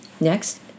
Next